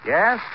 Yes